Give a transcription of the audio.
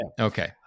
Okay